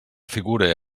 figure